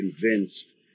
convinced